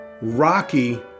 Rocky